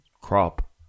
crop